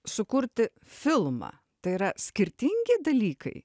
sukurti filmą tai yra skirtingi dalykai